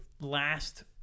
last